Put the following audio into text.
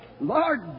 Lord